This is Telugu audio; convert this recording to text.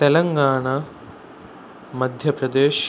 తెలంగాణ మధ్యప్రదేశ్